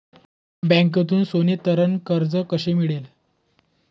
बँकेतून सोने तारण कर्ज कसे मिळेल?